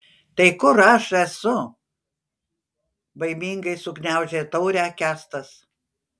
tai kur aš esu baimingai sugniaužė taurę kęstas